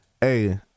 Hey